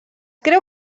creu